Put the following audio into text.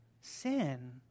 Sin